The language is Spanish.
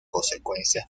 consecuencias